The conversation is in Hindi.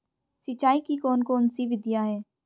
सिंचाई की कौन कौन सी विधियां हैं?